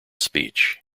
speech